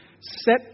set